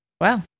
Wow